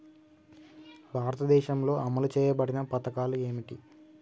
భారతదేశంలో అమలు చేయబడిన పథకాలు ఏమిటి?